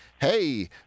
hey